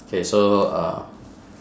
K so uh